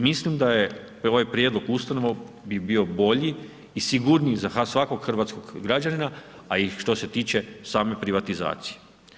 Mislim da je ovaj prijedlog ustanova bi bio bolji i sigurniji za svakog hrvatskog građanina, a i što se tiče same privatizacije.